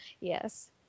yes